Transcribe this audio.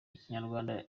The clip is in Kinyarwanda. ikinyarwanda